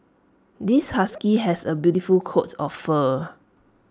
this husky has A beautiful coat of fur